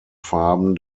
farben